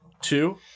two